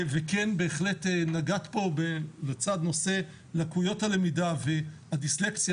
בהחלט נגעת פה לצד נושא לקויות הלמידה והדיסלקציה,